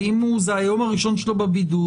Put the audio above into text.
זה היום הראשון שלו בבידוד,